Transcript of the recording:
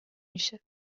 میشه